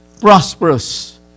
prosperous